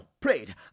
prayed